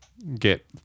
get